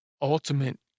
ultimate